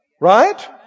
Right